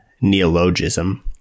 neologism